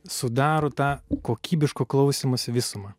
sudaro tą kokybiško klausymosi visumą